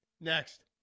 Next